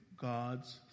god's